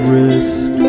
risk